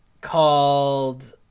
called